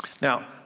Now